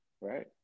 Right